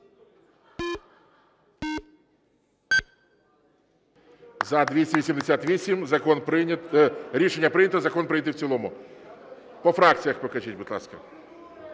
За-288 Рішення прийнято. Закон прийнятий в цілому. По фракціях покажіть, будь ласка.